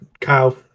Kyle